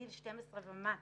מגיל 12 ומטה.